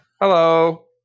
Hello